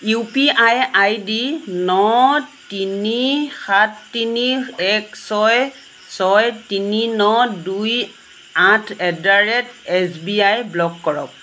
U P I I D ন তিনি সাত তিনি এক ছয় ছয় তিনি ন দুই আঠ at the rate S B I block কৰক